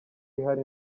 ihari